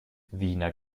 wiener